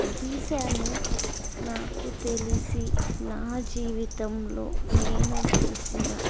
గీసాను నాకు తెలిసి నా జీవితంలో నేను గీసిన